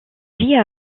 vit